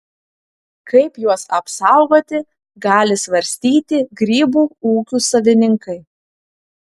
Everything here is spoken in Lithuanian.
kaip juos apsaugoti gali svarstyti grybų ūkių savininkai